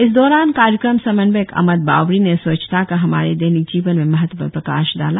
इस दौरान कार्यक्रम संमवयक अमत बावरी ने स्वच्छता का हमारे दैनिक जीवन में महत्व पर प्रकाश डाला